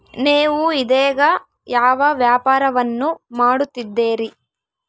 ನೇವು ಇದೇಗ ಯಾವ ವ್ಯಾಪಾರವನ್ನು ಮಾಡುತ್ತಿದ್ದೇರಿ?